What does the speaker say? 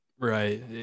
Right